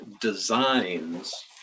designs